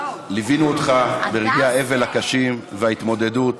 ליווינו אותך ברגעי האבל הקשים וההתמודדות,